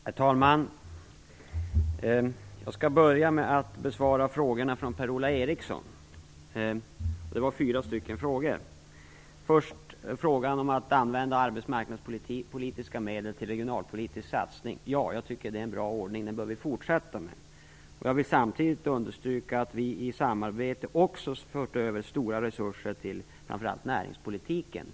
Herr talman! Jag skall börja med att besvara Per Den första frågan handlade om att använda arbetsmarknadspolitiska medel till regionalpolitiska satsningar. Ja, jag tycker att det är en bra ordning som vi bör fortsätta med. Jag vill samtidigt understryka att vi i samarbete också fört över stora resurser från arbetsmarknadspolitiken till framför allt näringspolitiken.